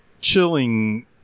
chilling